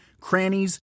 crannies